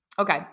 Okay